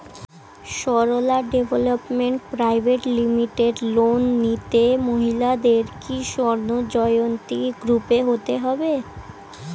Sarala Development Private Limited loan নিতে মহিলাদের কি স্বর্ণ জয়ন্তী গ্রুপে হতে হবে?